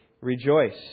rejoice